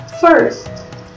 first